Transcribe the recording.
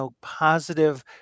positive